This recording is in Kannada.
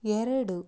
ಎರಡು